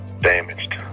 damaged